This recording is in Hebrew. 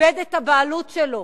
איבד את הבעלות שלו.